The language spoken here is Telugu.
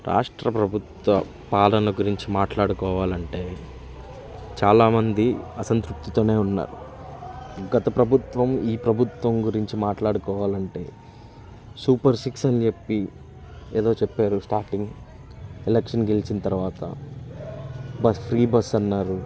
రాష్ట్ర ప్రభుత్వ పాలన గురించి మాట్లాడుకోవాలంటే చాలామంది అసంతృప్తితోనే ఉన్నారు గత ప్రభుత్వం ఈ ప్రభుత్వం గురించి మాట్లాడుకోవాలంటే సూపర్ సిక్స్ అని చెప్పి ఏదో చెప్పారు స్టార్టింగ్ ఎలక్షన్ గెలిచిన తర్వాత ఫ్రీ బస్సు అన్నారు